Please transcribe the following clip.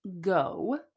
go